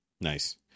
nice